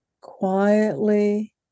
quietly